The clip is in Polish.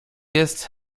jest